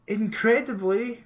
incredibly